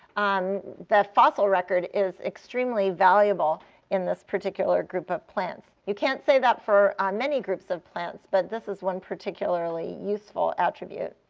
um the fossil record is extremely valuable in this particular group of plants. you can't say that for many groups of plants, but this is one particularly useful attribute.